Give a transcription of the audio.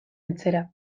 etxera